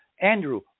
Andrew